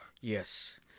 yes